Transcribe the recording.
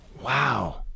Wow